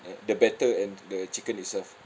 ah the batter and the chicken itself